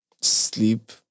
sleep